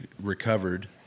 recovered